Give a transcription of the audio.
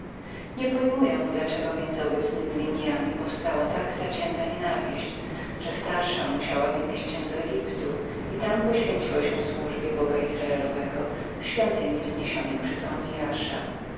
ślady niepojmuję dlaczego między obecnemi liniami powstała tak zacięta nienawiść że starsza musiała wynieść się do egiptu i tam poświęciła się służbie boga izraelowego w świątyni wzniesionej przez oniasa linia